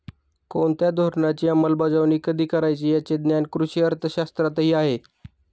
कोणत्या धोरणाची अंमलबजावणी कधी करायची याचे ज्ञान कृषी अर्थशास्त्रातही आहे